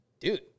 dude